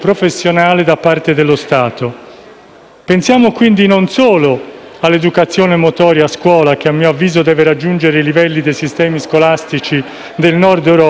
Quando si parla di salute non possiamo affidarci a personale non qualificato e questo è un problema serio, perché, soprattutto nelle prime fasce d'età,